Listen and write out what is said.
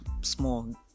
small